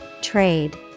Trade